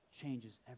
changes